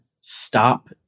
stop